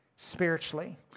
spiritually